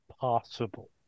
possible